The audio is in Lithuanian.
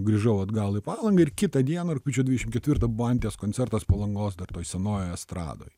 grįžau atgal į palangą ir kitą dieną rugpjūčio dvidešim ketvirtą buvo anties koncertas palangos senojoje estradoj